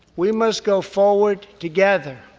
we must go forward together.